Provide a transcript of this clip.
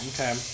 Okay